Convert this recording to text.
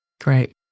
Great